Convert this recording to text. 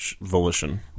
volition